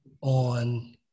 on